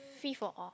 free for all